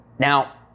Now